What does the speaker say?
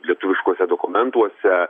lietuviškuose dokumentuose